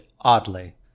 oddly